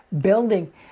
building